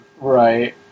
Right